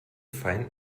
feind